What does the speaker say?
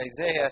Isaiah